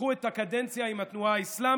פתחו את הקדנציה עם התנועה האסלאמית,